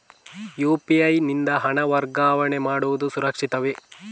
UPI ಯಿಂದ ಹಣ ವರ್ಗಾವಣೆ ಮಾಡುವುದು ಸುರಕ್ಷಿತವೇ?